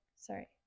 sorry